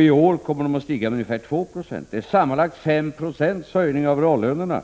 I år kommer reallönerna att stiga med ungefär 2 9o. Sammanlagt blir detta en 5-procentig höjning av reallönerna,